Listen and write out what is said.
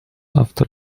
after